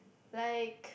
like